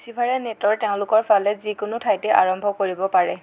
ৰিচিভাৰে নেটৰ তেওঁলোকৰ ফালে যিকোনো ঠাইতে আৰম্ভ কৰিব পাৰে